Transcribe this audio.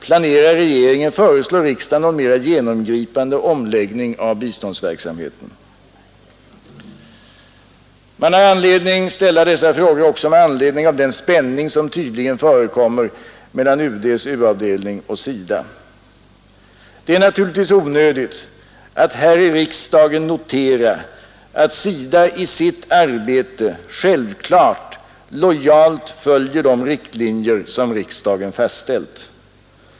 Planerar regeringen föreslå riksdagen någon mer genomgripande omlägg ning av biståndsverksamheten? Man har anledning ställa dessa frågor också på grund av den spänning som tydligen förekommer mellan UD:s u-avdelning och SIDA. Det är naturligtvis onödigt att här i riksdagen notera att SIDA i sitt arbete självfallet lojalt följer de riktlinjer som riksdagen fastställt.